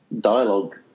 dialogue